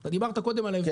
אתה דיברת על המובילאיי.